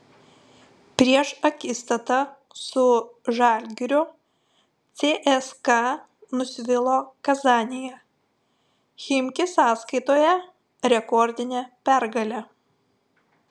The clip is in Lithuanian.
prieš akistatą su žalgiriu cska nusvilo kazanėje chimki sąskaitoje rekordinė pergalė